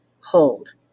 hold